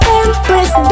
empress